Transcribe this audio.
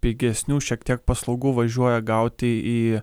pigesnių šiek tiek paslaugų važiuoja gauti į